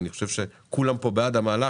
אני חושב שכולם פה בעד המהלך,